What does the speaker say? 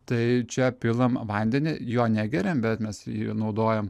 tai čia pilam vandenį jo negeriam bet mes jį naudojam